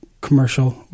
commercial